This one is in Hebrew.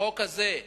בחוק הזה,